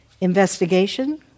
Investigation